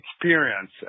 experience